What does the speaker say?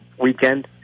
weekend